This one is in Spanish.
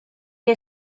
que